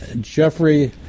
Jeffrey